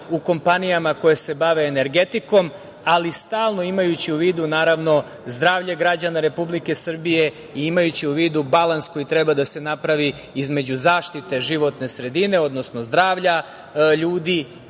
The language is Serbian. u kompanijama koje se bave energetikom, ali stalno imajući u vidu, naravno, zdravlje građana Republike Srbije i imajući u vidu balans koji treba da se napravi između zaštite životne sredine, odnosno zdravlja ljudi